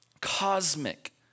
cosmic